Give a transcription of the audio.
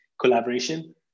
collaboration